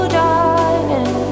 darling